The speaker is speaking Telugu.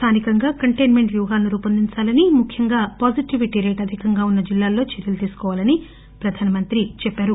స్టానికంగా కంటెస్మెంట్ వ్యూహాలను రూపొందించాలని ముఖ్యంగా పాజిటివిటీ రేటు అధికంగా ఉన్స జిల్లాల్లో చర్యలు తీసుకోవాలని ప్రధానమంత్రి చెప్పారు